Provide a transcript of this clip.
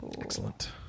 excellent